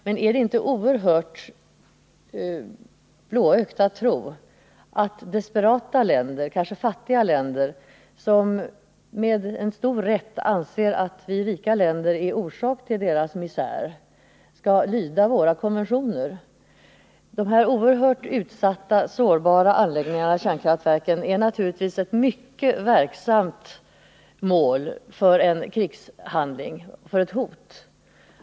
Men är det inte oerhört blåögt att tro att desperata länder, kanske fattiga länder som med stor rätt anser att rika länder är orsak till deras misär, skall lyda våra konventioner? Mot de oerhört utsatta anläggningarna vid kärnkraftverken är det naturligtvis mycket verksamt att rikta ett hot.